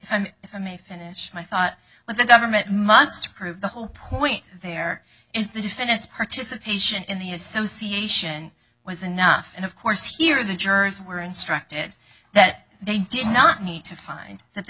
may finish my thought but the government must prove the whole point there is the defendant's participation in the association was enough and of course here the jurors were instructed that they did not need to find that the